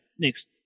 next